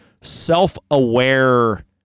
self-aware